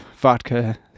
vodka